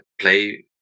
play